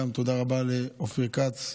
גם תודה רבה לאופיר כץ,